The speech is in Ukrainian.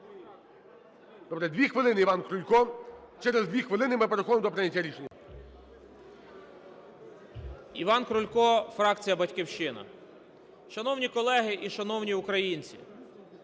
2 хвилини, Іван Крулько. Через 2 хвилини ми переходимо до прийняття рішення.